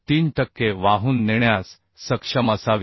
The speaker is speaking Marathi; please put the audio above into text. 3 टक्के वाहून नेण्यास सक्षम असावी